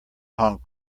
hong